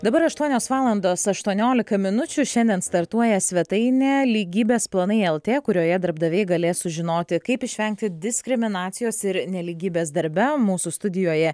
dabar aštuonios valandos aštuoniolika minučių šiandien startuoja svetainė lygybės planai lt kurioje darbdaviai galės sužinoti kaip išvengti diskriminacijos ir nelygybės darbe mūsų studijoje